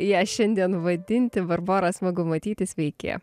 ją šiandien vaidinti barborą smagu matyti sveiki